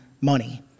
money